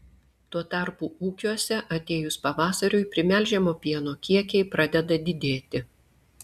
tuo tarpu ūkiuose atėjus pavasariui primelžiamo pieno kiekiai pradeda didėti